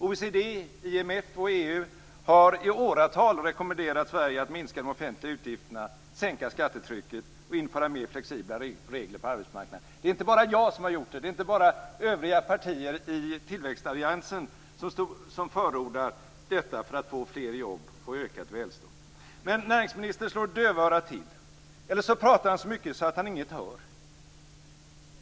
OECD, IMF och EU har i åratal rekommenderat Sverige att minska de offentliga utgifterna, sänka skattetrycket och införa mer flexibla regler på arbetsmarknaden. Det är inte bara jag som har gjort det och inte bara övriga partier i tillväxtalliansen som förordar detta för att få fler jobb och ökat välstånd. Näringsministern slår dövörat till, eller också pratar han så mycket att han inget hör.